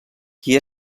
qui